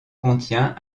contient